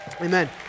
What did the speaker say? Amen